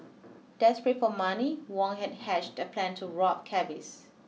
desperate for money Wang had hatched a plan to rob cabbies